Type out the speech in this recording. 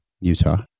Utah